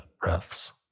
breaths